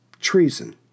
treason